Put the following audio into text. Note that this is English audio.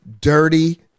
dirty